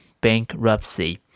bankruptcy